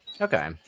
Okay